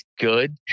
good